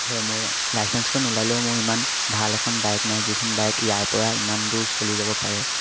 আৰু মোৰ লাইচেন্সখন ওলালেও মোৰ ইমান ভাল এখন বাইক নাই যিখন বাইক ইয়াৰ পৰা ইমান দূৰ চলি যাব পাৰে